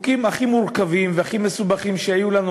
החוקים הכי מורכבים והכי מסובכים שהיו לנו